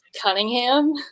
Cunningham